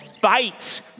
Fight